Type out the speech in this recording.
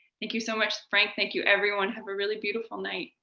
thank you so much, frank. thank you, everyone. have a really beautiful night.